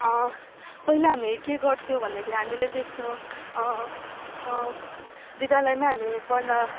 पहिला हामी के गर्थ्यौँ भन्दाखेरि हामीले देख्थ्यौँ विद्यालयमा हामी पढ्न